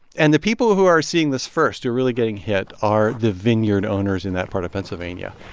and the people who are seeing this first, who are really getting hit, are the vineyard owners in that part of pennsylvania,